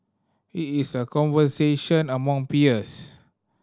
it is a conversation among peers